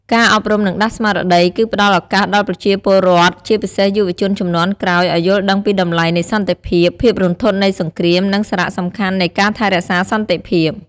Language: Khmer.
ការអប់រំ និងដាស់ស្មារតី គឺផ្ដល់ឱកាសដល់ប្រជាពលរដ្ឋ ជាពិសេសយុវជនជំនាន់ក្រោយ ឱ្យយល់ដឹងពីតម្លៃនៃសន្តិភាព ភាពរន្ធត់នៃសង្គ្រាម និងសារៈសំខាន់នៃការថែរក្សាសន្តិភាព។